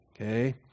okay